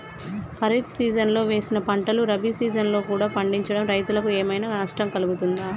ఖరీఫ్ సీజన్లో వేసిన పంటలు రబీ సీజన్లో కూడా పండించడం రైతులకు ఏమైనా నష్టం కలుగుతదా?